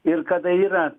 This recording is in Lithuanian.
ir kada yra